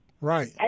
Right